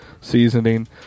seasoning